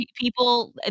people